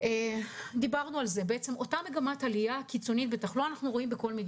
אנחנו רואים את אותה מגמה עלייה קיצונית בתחלואה.